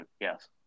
yes